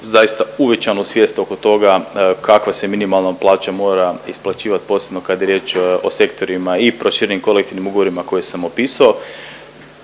zaista uvećanu svijest oko toga kakva se minimalna plaća isplaćivat, posebno kad je riječ o sektorima i proširenim kolektivnim ugovorima koje sam opiso.